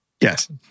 Yes